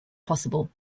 possible